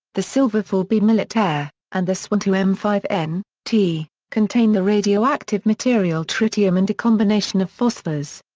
the silva four b militaire, and the suunto m five n t contain the radioactive material tritium and a combination of phosphors.